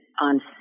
on